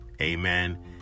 Amen